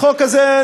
החוק הזה,